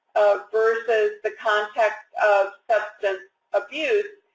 versus the context of substance abuse,